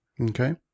Okay